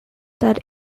that